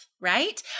right